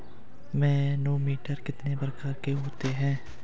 Manometer कितने प्रकार के होते हैं?